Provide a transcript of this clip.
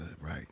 right